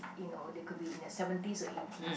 you know they could be in their seventies or eighties